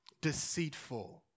Deceitful